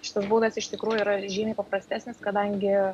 šitas būdas iš tikrųjų yra žymiai paprastesnis kadangi